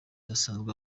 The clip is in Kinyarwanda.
asanzwe